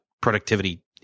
productivity